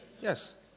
Yes